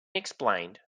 explained